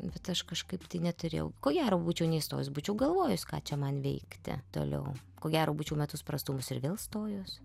bet aš kažkaip neturėjau ko gero būčiau neįstojus būčiau galvojus ką čia man veikti toliau ko gero būčiau metus prastūmus ir vėl stojus